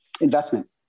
investment